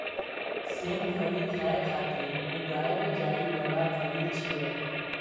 सेम फली खाय खातिर उगाएल जाइ बला फली छियै